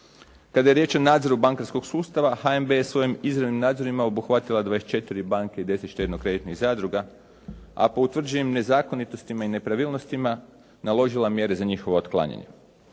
Kada je riječ o nadzoru bankarskog sustava HNB je svojim izravnim nadzorima obuhvatila 24 banke i 10 štedno kreditnih zadruga, a po utvrđenim nezakonitostima i nepravilnostima naložila mjere za njihovo otklanjanje.